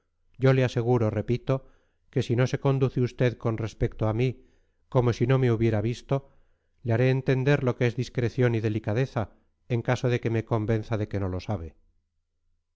yo le aseguro repito que si no se conduce usted con respecto a mí como si no me hubiera visto le haré entender lo que es discreción y delicadeza en caso de que me convenza de que no lo sabe